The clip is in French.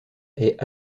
est